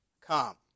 come